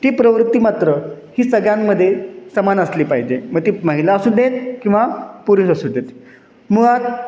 ती प्रवृत्ती मात्र ही सगळ्यांमध्ये समान असली पाहिजे मग ती महिला असू देत किंवा पुरुष असू देत मुळात